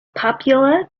popular